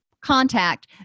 contact